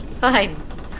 Fine